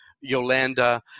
Yolanda